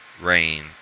rain